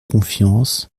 confiance